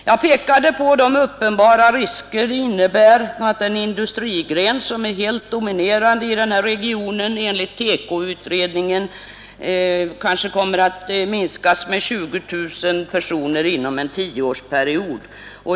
Jag pekade på de uppenbara risker det innebär att den industrigren som är helt dominerande i regionen enligt TEKO-utredningen kanske kommer att minskas med 20000 personer inom en tioårsperiod.